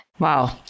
Wow